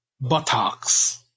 buttocks